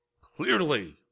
clearly